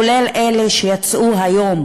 כולל אלה שיצאו היום